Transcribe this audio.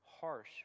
harsh